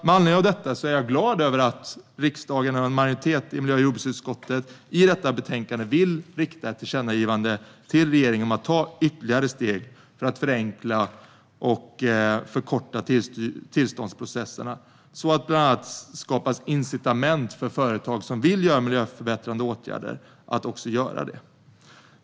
Med anledning av detta är jag glad över att en majoritet i riksdagens miljö och jordbruksutskott i detta betänkande vill rikta ett tillkännagivande till regeringen om att ta ytterligare steg för att förenkla och förkorta tillståndsprocesserna så att det bland annat skapas incitament för företag som vill vidta miljöförbättrande åtgärder att göra det.